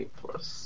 plus